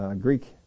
Greek